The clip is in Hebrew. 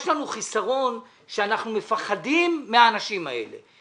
יש לנו חיסרון שאנחנו מפחדים מהאנשים האלה.